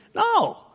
No